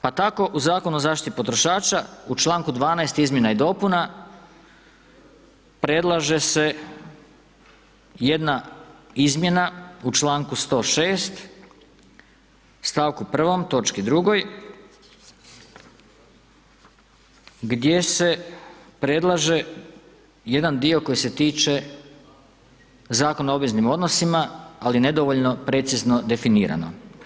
Pa tako u Zakonu o zaštiti potrošača, u čl. 12. izmjena i dopuna predlaže se jedna izmjena u čl. 106. stavku 1 točki 2 gdje se predlaže jedan dio koji se tiče Zakon o obveznim odnosima, ali nedovoljno precizno definirano.